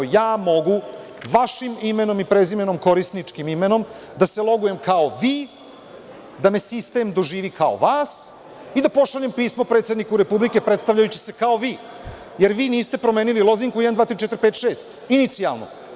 Ja mogu vašim imenom i prezimenom, korisničkim imenom, da se logujem kao vi, da me sistem doživi kao vas i da pošaljem pismo predsedniku Republike predstavljajući se kao vi, jer vi niste promenili lozinku 123456, inicijalnu.